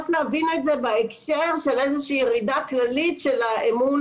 יש להבין את זה בהקשר של איזושהי ירידה כללית של האמון